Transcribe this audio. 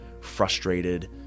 frustrated